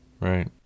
Right